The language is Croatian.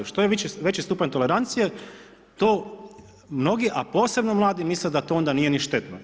Što je veći stupanj tolerancije, to mnogi, a posebno mladi misle da to onda nije ni štetno.